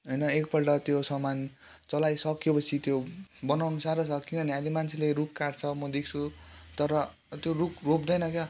होइन एकपल्ट त्यो सामान चलाइसकेपछि त्यो बनाउनु साह्रो छ किनभने अहिले मान्छेले रुख काट्छ म देख्छु तर त्यो रुख रोप्दैन क्या